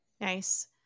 Nice